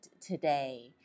today